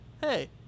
hey